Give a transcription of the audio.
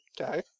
Okay